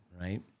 right